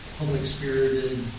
public-spirited